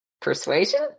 Persuasion